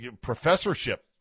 professorship